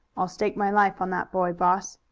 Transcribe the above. i'll stake my life on that boy, boss,